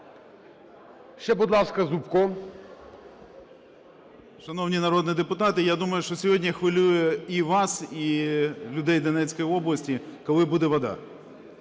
10:39:20 ЗУБКО Г.Г. Шановні народні депутати, я думаю, що сьогодні хвилює і вас, і людей Донецької області, коли буде вода.